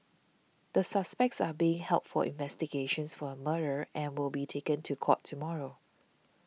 the suspects are being held for investigations for murder and will be taken to court tomorrow